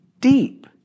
deep